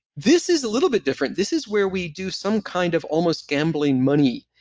this is a little bit different. this is where we do some kind of almost gambling money,